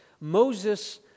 Moses